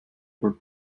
were